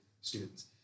students